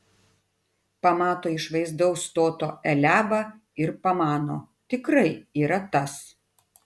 pamato išvaizdaus stoto eliabą ir pamano tikrai yra tas